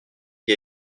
qui